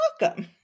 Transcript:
welcome